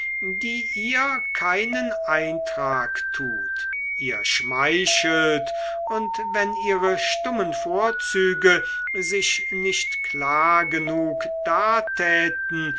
die ihr keinen eintrag tut ihr schmeichelt und wenn ihre stummen vorzüge sich nicht klar genug